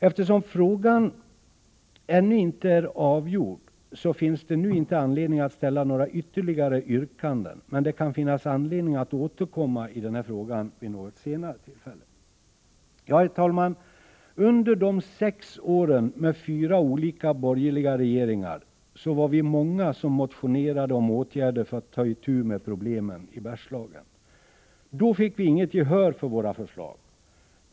Eftersom frågan ännu inte är avgjord, finns det nu inte anledning att framställa några ytterligare yrkanden, men det kan finnas anledning att återkomma i den här frågan vid något senare tillfälle. Herr talman! Under de sex åren med fyra olika borgerliga regeringar var vi många som motionerade om åtgärder för att ta itu med problemen i Bergslagen. Då fick vi inget gehör för våra förslag.